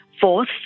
fourth